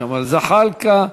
ג'מאל זחאלקה,